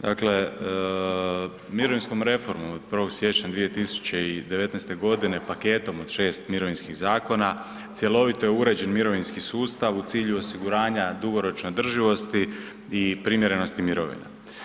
Dakle, mirovinskom reformom od 1.siječnja 2019.godine paketom od 6 mirovinskih zakona cjelovito je uređen mirovinski sustav u cilju osiguranja dugoročne održivosti i primjerenosti mirovina.